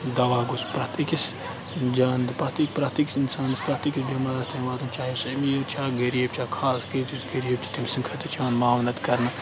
دوا گوٚژھ پرٛتھ أکِس جان تہٕ پرٛتھٕے پرٛتھٕے أکِس اِنسانس پرٛتھٕے پرٛتھٕے بٮ۪مارَس تانۍ واتُن چاہے سُہ أمیٖر چھا غریٖب چھا خاص کر یُس غریٖب چھُ تٔمۍ سٕنٛدِ خٲطرٕ چھِ یِوان مامَلت کَرنہٕ